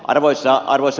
arvoisa puhemies